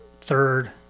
third